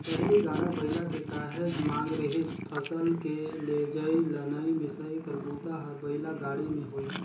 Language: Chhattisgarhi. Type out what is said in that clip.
पहिली गाड़ा बइला के काहेच मांग रिहिस फसल के लेजइ, लनइ, मिसई कर बूता हर बइला गाड़ी में होये